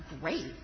great